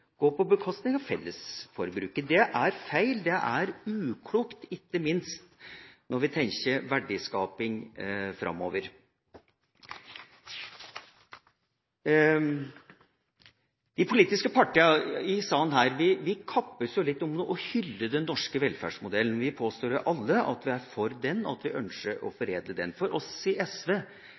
gå på bekostning av fellesforbruket. Det er feil, det er uklokt, ikke minst når vi tenker verdiskaping framover. De politiske partiene i denne sal kappes litt om å hylle den norske velferdsmodellen. Vi påstår alle at vi er for den, og at vi ønsker å foredle den. For oss i SV